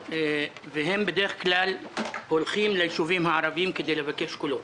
והם בדרך כלל הולכים ליישובים הערביים כדי לבקש קולות,